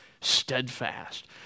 steadfast